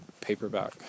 paperback